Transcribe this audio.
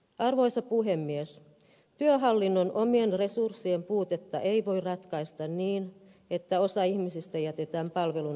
arvoisa puhemies työhallinnon omien resurssien puutetta ei voi ratkaista niin että osa ihmisistä jätetään palvelun ulkopuolelle